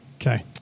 Okay